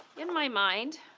in my mind